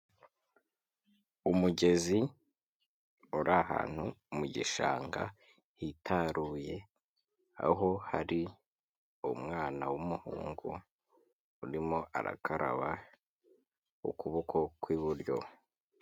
Umugezi uri ahantu mu gishanga hitaruye, aho hari umwana w'umuhungu urimo arakaraba ukuboko kw'iburyo.